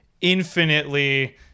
infinitely